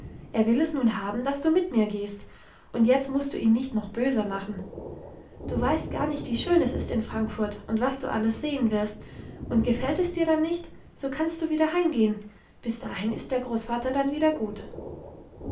er will es nun haben dass du mit mir gehst und jetzt musst du ihn nicht noch böser machen du weißt gar nicht wie schön es ist in frankfurt und was du alles sehen wirst und gefällt es dir dann nicht so kannst du wieder heimgehen bis dahin ist der großvater dann wieder gut